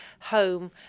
home